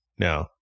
Now